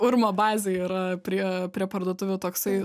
urmo bazė yra prie prie parduotuvių toksai